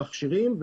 מכשירים,